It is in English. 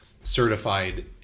certified